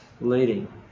leading